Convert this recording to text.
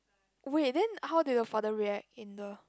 wait then how did your father react in the